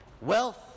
wealth